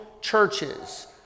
churches